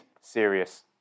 serious